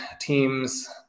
Teams